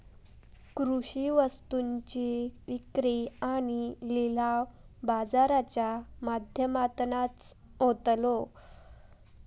कृषि वस्तुंची विक्री आणि लिलाव बाजाराच्या माध्यमातनाच होतलो